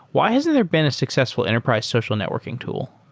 why hasn't there been a successful enterprise social networking tool?